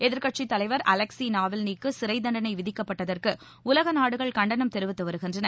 எதிர்க்கட்சித்தலைவர் Alexei நாவல்னிக்கு சிறை தண்டளை விதிக்கப்பட்டதற்கு உலக நாடுகள் கண்டனம் தெரிவித்து வருகின்றன